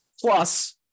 Plus